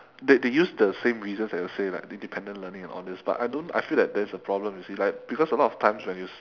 they they use the same reasons that they'll say like independent learning and all these but I don't I feel like there's a problem you see like because a lot of times when you